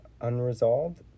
unresolved